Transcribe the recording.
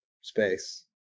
space